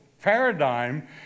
paradigm